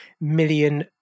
million